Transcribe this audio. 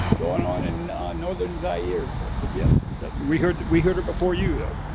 going on in northern zaire. so i said yup, that we heard we heard it before you though.